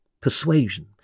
persuasion